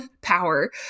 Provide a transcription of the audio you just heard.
power